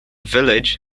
village